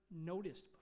noticed